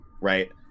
right